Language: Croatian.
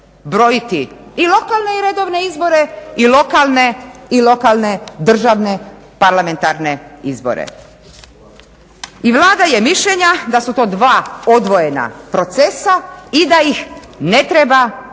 brojiti i lokalne i redovne izbore i lokalne državne parlamentarne izbore. I Vlada je mišljenja da su to dva odvojena procesa i da ih ne treba miješati